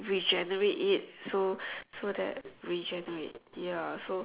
regenerate it so so that regenerate ya so